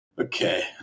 Okay